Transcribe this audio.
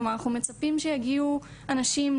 כלומר אנחנו מצפים שיגיעו אנשים,